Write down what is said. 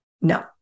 No